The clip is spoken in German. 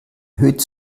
erhöht